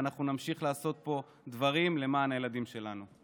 ואנחנו נמשיך לעשות פה דברים למען הילדים שלנו.